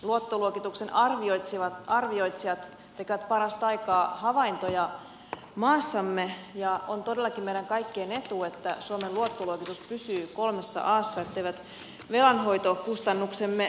luottoluokituksen arvioitsijat tekevät parasta aikaa havaintoja maassamme ja on todellakin meidän kaikkien etu että suomen luottoluokitus pysyy kolmessa assa etteivät velanhoitokustannuksemme nouse